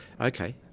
Okay